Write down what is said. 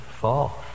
fall